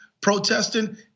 protesting